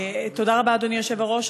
בבקשה, אדוני.